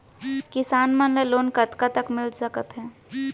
किसान मन ला लोन कतका तक मिलिस सकथे?